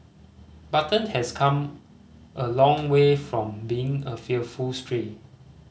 button has come a long way from being a fearful stray